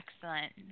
Excellent